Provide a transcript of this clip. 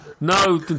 No